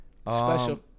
special